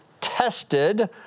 tested